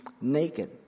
naked